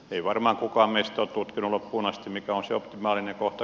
ei varmaan kukaan meistä ole tutkinut loppuun asti mikä on se optimaalinen kohta